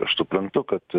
aš suprantu kad